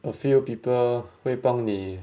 a few people 会帮你